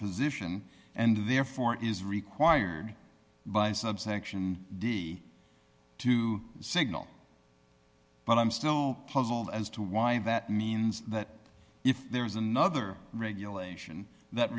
position and therefore is required by subsection d to signal but i'm still puzzled as to why that means that if there is another regulation that